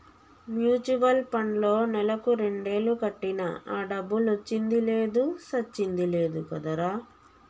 mutual పండ్లో నెలకు రెండేలు కట్టినా ఆ డబ్బులొచ్చింది లేదు సచ్చింది లేదు కదరా